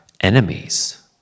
enemies